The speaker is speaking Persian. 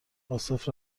عاصف